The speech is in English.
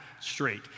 straight